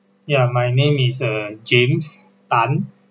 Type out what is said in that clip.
ya my name is uh james tan